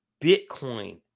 Bitcoin